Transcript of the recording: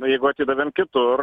jeigu atidavėm kitur